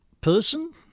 person